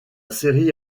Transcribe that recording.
série